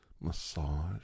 massage